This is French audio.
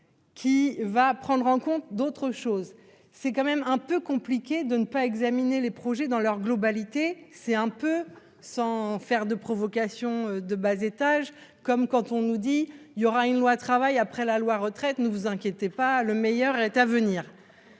Qui va prendre en compte d'autres choses, c'est quand même un peu compliqué de ne pas examiner les projets dans leur globalité, c'est un peu sans faire de provocation de bas étage, comme quand on nous dit il y aura une loi travail après la loi, retraite, ne vous inquiétez pas, le meilleur est à venir.